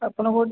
ଆପଣଙ୍କ